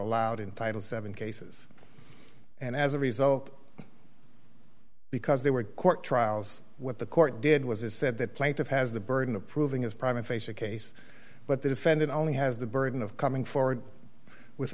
allowed in title seven cases and as a result because they were court trials what the court did was it said that plaintiff has the burden of proving his prime facie case but the defendant only has the burden of coming forward with